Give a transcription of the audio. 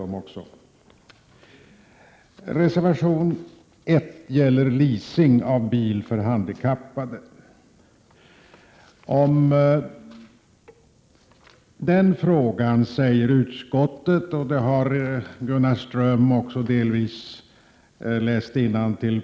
Reservation 1 gäller möjligheter för handikappade till leasing av bil, vilket föreslås i motion §0207. Jag vill göra en kort sammanfattning av vad utskottet säger beträffande denna motion, vilket Gunnar Ström delvis redan har gjort genom att läsa innantill.